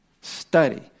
study